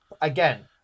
Again